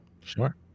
Sure